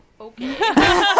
okay